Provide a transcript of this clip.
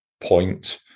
point